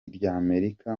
ry’amerika